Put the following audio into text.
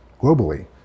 globally